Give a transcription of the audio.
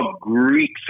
Greek